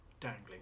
dangling